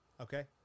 Okay